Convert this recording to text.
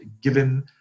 given